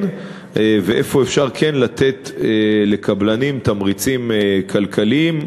ואיפה אפשר כן לתת לקבלנים תמריצים כלכליים,